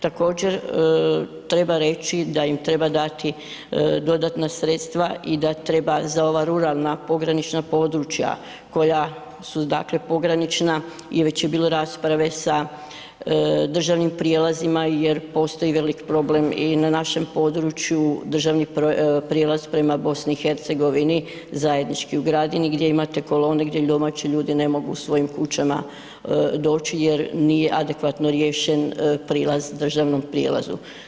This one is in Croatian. Također treba reći da im treba dati dodatna sredstva i da treba za ova ruralna pogranična područja koja su dakle pogranična i već je bilo rasprave sa državnim prijelazima jer postoji velik problem i na našem području, državni prijelaz prema BiH, zajednički u Gradini gdje imate kolone gdje domaći ljudi ne mogu svojim kućama doći jer nije adekvatno riješen prilaz državnom prijelazu.